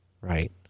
right